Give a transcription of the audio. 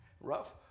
Rough